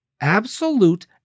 absolute